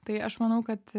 tai aš manau kad